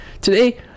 today